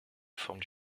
forme